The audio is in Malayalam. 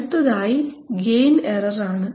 അടുത്തതായി ഗെയിൻ എറർ ആണ്